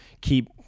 keep